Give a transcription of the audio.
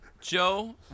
Joe